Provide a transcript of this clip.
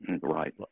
Right